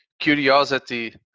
curiosity